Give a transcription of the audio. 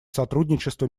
сотрудничество